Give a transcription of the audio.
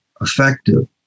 effective